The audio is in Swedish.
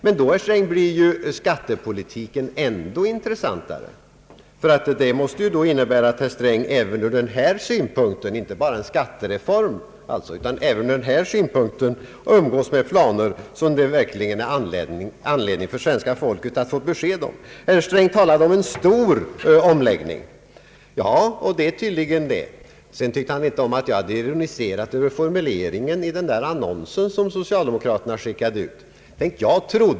Men då, herr Sträng, blir ju skattepolitiken ändå intressantare, ty det måste innebära att herr Sträng även från denna synpunkt — inte bara med tanke på en skattereform — umgås med planer, som det verkligen är angeläget för det svenska folket att få besked om. Herr Sträng talade om en stor omläggning. Ja, det är tydligen fråga om det. Herr Sträng tyckte inte om att jag hade ironiserat över formuleringen i den annons som socialdemokraterna publicerat.